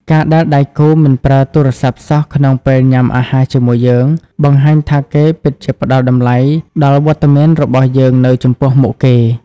ការដែលដៃគូមិនប្រើទូរស័ព្ទសោះក្នុងពេលញ៉ាំអាហារជាមួយយើង បង្ហាញថាគេពិតជាផ្ដល់តម្លៃដល់វត្តមានរបស់យើងនៅចំពោះមុខគេ។